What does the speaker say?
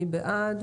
מי בעד?